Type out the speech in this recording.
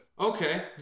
okay